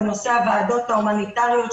בנושא הוועדות ההומניטריות,